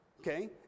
Okay